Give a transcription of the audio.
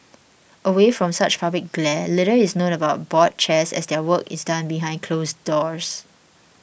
away from such public glare little is known about board chairs as their work is done behind closed doors